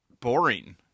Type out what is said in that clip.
boring